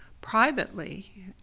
privately